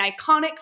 iconic